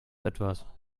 etwas